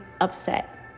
upset